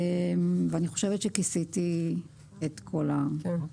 אני חושבת שכיסיתי את הכול.